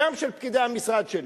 גם של פקידי המשרד שלי,